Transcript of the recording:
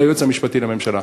ליועץ המשפטי לממשלה?